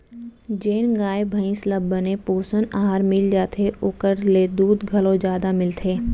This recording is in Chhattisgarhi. जेन गाय भईंस ल बने पोषन अहार मिल जाथे ओकर ले दूद घलौ जादा मिलथे